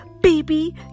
baby